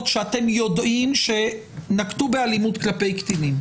שאתם יודעים שנקטו באלימות כלפי קטינים,